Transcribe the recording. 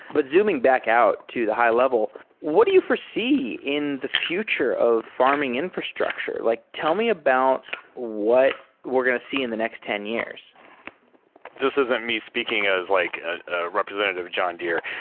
but zooming back out to the high-level, what do you foresee in the future of farming infrastructure? like tell me about what we're going to see in the next ten years this isn't me speaking as like a representative of john deere,